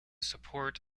support